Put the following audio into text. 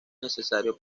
necesario